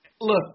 look